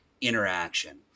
interaction